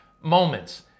moments